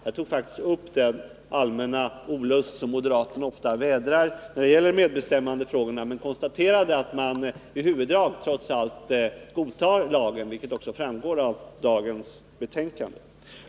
Jag tog faktiskt upp den allmänna olust som moderaterna ofta vädrar när det gäller medbestämmandefrågorna, men jag konstaterade att de trots allt i huvuddrag godtar lagen, vilket också framgår av dagens betänkande.